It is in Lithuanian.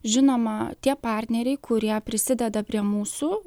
žinoma tie partneriai kurie prisideda prie mūsų